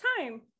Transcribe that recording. time